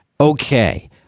okay